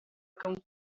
come